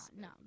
no